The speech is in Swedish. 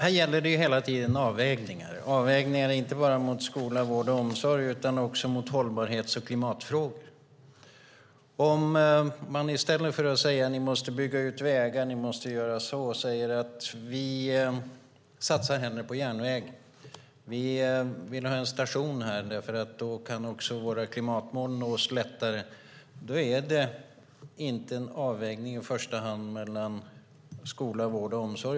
Fru talman! Här gäller hela tiden avvägningar - avvägningar inte bara mot skola, vård och omsorg utan också mot hållbarhets och klimatfrågor. I stället för att säga att ni måste bygga ut vägar och ni måste göra si och så kan man säga: Vi satsar hellre på järnvägen. Vi vill ha en station här, för då kan också våra klimatmål nås lättare! Då är det inte en avvägning i första hand mot skola, vård och omsorg.